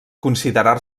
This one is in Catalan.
considerar